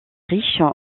riche